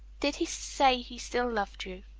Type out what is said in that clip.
did he say he still loved you?